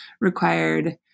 required